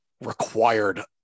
required